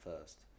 first